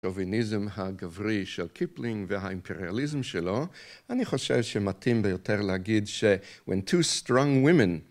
שוביניזם הגברי של קיפלינג והאימפריאליזם שלו, אני חושב שמתאים ביותר להגיד ש-when two strong women